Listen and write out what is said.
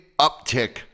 uptick